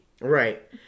Right